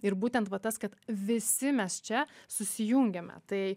ir būtent va tas kad visi mes čia susijungiame tai